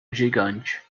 gigante